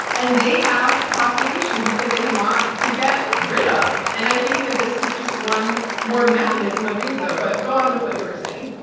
and they have populations that they want to get rid ah of. and i think that this is just one more mechanism of doing so. but go on with what you were saying.